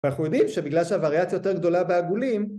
‫ואנחנו יודעים שבגלל שהווריאציה ‫יותר גדולה בעגולים...